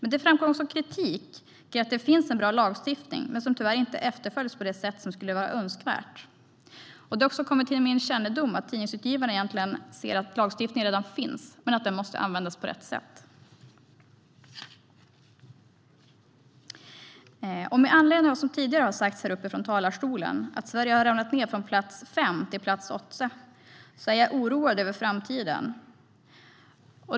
Där framkom också kritik; det finns en bra lagstiftning, men den efterföljs tyvärr inte på det sätt som skulle vara önskvärt. Det har också kommit till min kännedom att tidningsutgivare egentligen ser att lagstiftningen redan finns men anser att den måste användas på rätt sätt. Med anledning av vad som tidigare har sagts här i talarstolen, att Sverige har ramlat ned från plats fem till plats åtta, är jag oroad över framtiden.